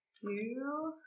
Two